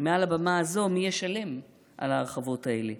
מעל הבמה הזו מי ישלם על ההרחבות האלה.